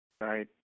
Right